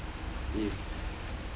if